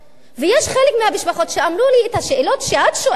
חלק מהמשפחות אמרו לי: את השאלות שאת שואלת